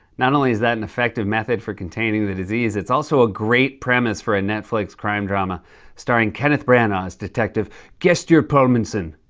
not only is that an effective method for containing the disease, it's also a great premise for a netflix crime drama starring kenneth branagh as detective gestur palmason.